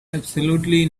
absolutely